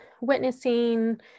witnessing